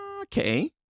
okay